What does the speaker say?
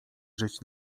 żyć